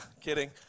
kidding